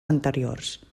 anteriors